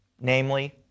namely